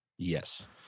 Yes